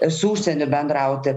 su užsieniu bendrauti